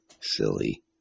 Silly